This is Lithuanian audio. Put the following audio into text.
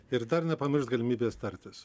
ir dar nepamiršt galimybės tartis